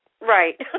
Right